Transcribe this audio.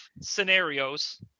scenarios